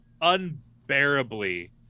unbearably